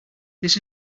this